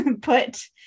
put